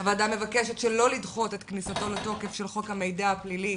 הוועדה מבקשת שלא לדחות את כניסתו לתוקף של חוק המידע הפלילי